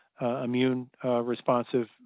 immune-responsive